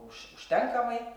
už užtenkamai